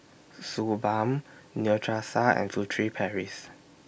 Suu Balm Neostrata and Furtere Paris